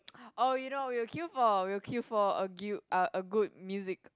oh you know we will queue for we will queue for a gu~ uh a good music